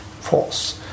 force